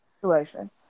situation